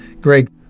Greg